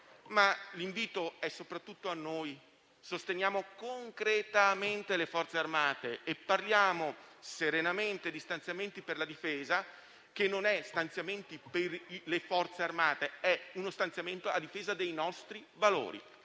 L'invito è soprattutto a noi: sosteniamo concretamente le Forze armate e parliamo serenamente di stanziamenti per la Difesa, che non vuol dire stanziamenti per le Forze armate, ma stanziamenti a difesa dei nostri valori.